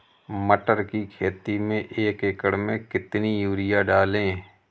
मटर की खेती में एक एकड़ में कितनी यूरिया डालें?